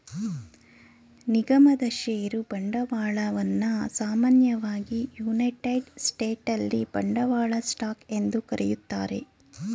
ನಿಗಮದ ಷೇರು ಬಂಡವಾಳವನ್ನ ಸಾಮಾನ್ಯವಾಗಿ ಯುನೈಟೆಡ್ ಸ್ಟೇಟ್ಸ್ನಲ್ಲಿ ಬಂಡವಾಳ ಸ್ಟಾಕ್ ಎಂದು ಕರೆಯುತ್ತಾರೆ